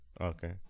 Okay